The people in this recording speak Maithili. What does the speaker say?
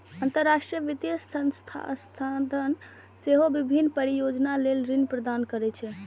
अंतरराष्ट्रीय वित्तीय संस्थान सेहो विभिन्न परियोजना लेल ऋण प्रदान करै छै